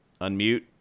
Unmute